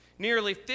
Nearly